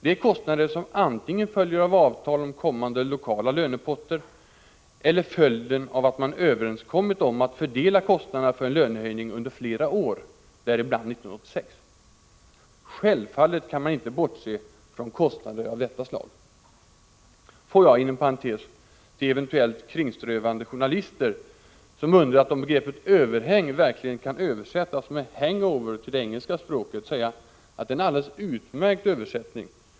Det är kostnader som antingen följer av avtal om kommande lokala lönepotter eller av att man överenskommit om att fördela kostnaderna för en lönehöjning under flera år, däribland 1986. Självfallet kan man inte bortse från kostnader av detta slag. Får jag, inom parentes, till eventuellt kringströvande journalister, som undrat om begreppet ”överhäng” verkligen kan översättas med ”hangover” till det engelska språket, säga att det är en alldeles utmärkt översättning.